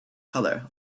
color